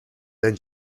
then